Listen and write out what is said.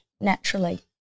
naturally